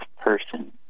person